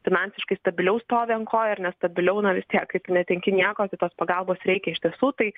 finansiškai stabiliau stovi ant kojų ar nestabiliau na vis tiek kaip netenki nieko tai tos pagalbos reikia iš tiesų tai